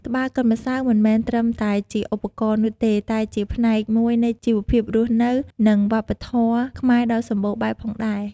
ត្បាល់កិនម្សៅមិនមែនត្រឹមតែជាឧបករណ៍នោះទេ តែជាផ្នែកមួយនៃជីវភាពរស់នៅ និងវប្បធម៌ខ្មែរដ៏សម្បូរបែបផងដែរ។